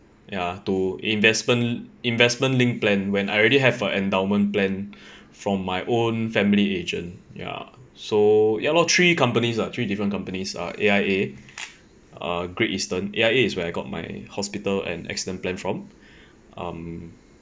ya to investment investment linked plan when I already have a endowment plan from my own family agent ya so ya lor three companies ah three different companies uh A_I_A uh great eastern A_I_A is where I got my hospital and accident plan from um